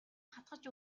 хатгаж